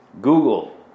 Google